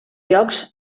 jocs